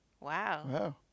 Wow